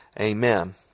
Amen